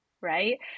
right